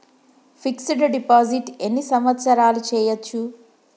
Fix డ్ deposit ఎన్ని సంవత్సరాలు చేయచ్చు?